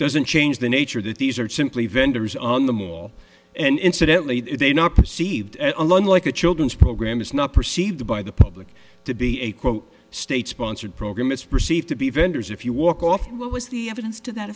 doesn't change the nature that these are simply vendors on the mall and incidentally they not perceived at along like a children's program is not perceived by the public to be a quote state sponsored program it's perceived to be vendors if you walk off what was the evidence to that